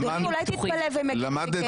אדוני, אולי תתפלא והוא יגיד שכן?